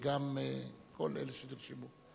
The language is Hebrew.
וגם כל אלה שנרשמו.